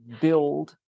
build